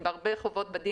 אם רוצים לעשות פה פריסות,